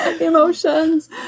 emotions